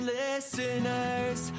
listeners